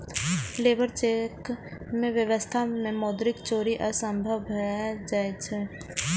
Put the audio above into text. labour cheque के व्यवस्था मे मौद्रिक चोरी असंभव भए जाइ छै